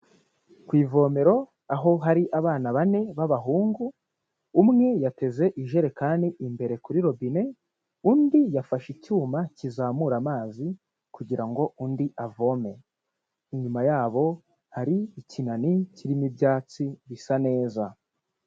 Ku ivomero aho hari abana bane b'abahungu, umwe yateze ijerekani imbere kuri robine, undi yafashe icyuma kizamura amazi kugira ngo undi avome, inyuma yabo hari ikinani kirimo ibyatsi bisa neza.